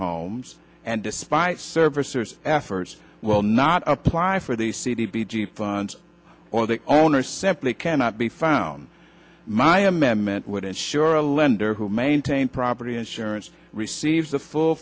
homes and despite servicers efforts will not apply for the c d g funds or the owners simply cannot be found my amendment would ensure a lender who maintained property insurance receives the full